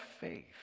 faith